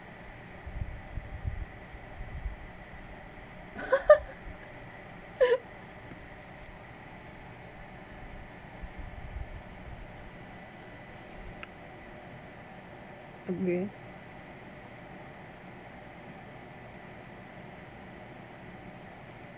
okay